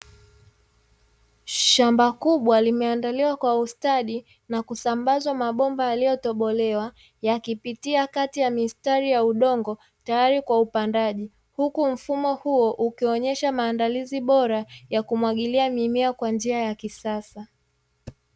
Shamba kubwa limeandaliwa kwa ustadi na kusambazwa mabomba yaliyotobolewa; yakipitia kati ya mistari ya udongo tayari kwa upandaji, huku mfumo huo ukionyesha maandalizi bora ya kumwagilia mimea kwa njia ya kisasa.